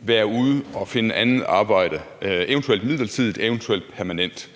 være ude at finde andet arbejde, eventuelt midlertidigt, eventuelt permanent.